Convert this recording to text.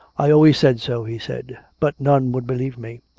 i always said so, he said. but none would believe me.